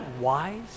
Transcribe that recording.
wise